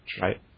Right